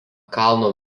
kalno